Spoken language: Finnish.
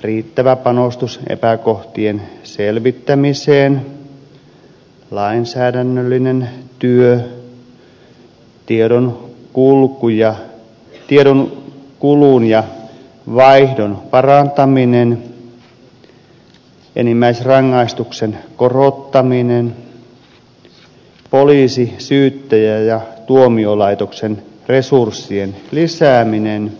riittävä panostus epäkohtien selvittämiseen lainsäädännöllinen työ tiedonkulun ja vaihdon parantaminen enimmäisrangaistuksen korottaminen poliisi syyttäjä ja tuomioistuinlaitoksen resurssien lisääminen